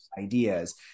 ideas